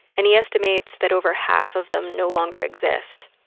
and he estimates that over half of them no longer exist.